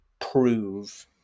prove